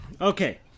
Okay